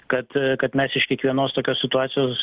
kad kad mes iš kiekvienos tokios situacijos